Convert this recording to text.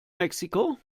mexiko